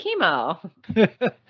chemo